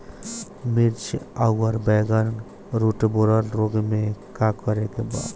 मिर्च आउर बैगन रुटबोरर रोग में का करे के बा?